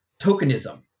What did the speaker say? tokenism